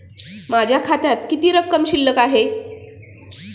माझ्या खात्यात किती रक्कम शिल्लक आहे?